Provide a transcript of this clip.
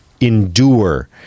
endure